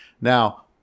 Now